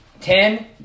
ten